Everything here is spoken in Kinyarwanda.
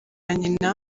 nyina